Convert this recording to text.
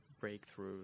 breakthrough